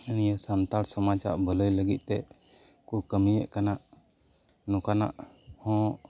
ᱱᱤᱭᱟᱹ ᱥᱟᱱᱛᱟᱲ ᱥᱚᱢᱟᱡᱽ ᱟᱜ ᱵᱷᱟᱹᱞᱟᱹᱭ ᱞᱟᱹᱜᱤᱫ ᱛᱮ ᱠᱚ ᱠᱟᱹᱢᱤᱭᱮᱫ ᱠᱟᱱᱟ ᱱᱚᱝᱠᱟᱱᱟᱜ ᱦᱚᱸ